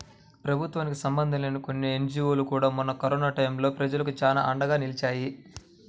ప్రభుత్వానికి సంబంధం లేని కొన్ని ఎన్జీవోలు కూడా మొన్న కరోనా టైయ్యం ప్రజలకు చానా అండగా నిలిచాయి